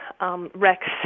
Rex